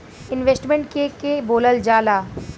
Investment के के बोलल जा ला?